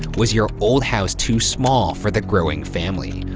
was your old house too small for the growing family?